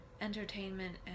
entertainment